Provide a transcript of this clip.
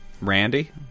Randy